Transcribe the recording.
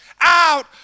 out